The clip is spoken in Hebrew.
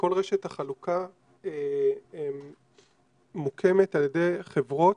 וכל רשת החלוקה מוקמת על ידי חברות,